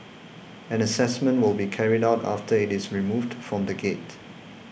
an assessment will be carried out after it is removed from the gate